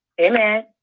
Amen